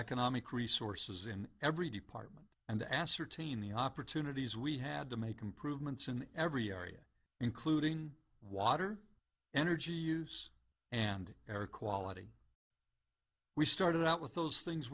economic resources in every department and to ascertain the opportunities we had to make improvements in every area including water energy use and air quality we started out with those things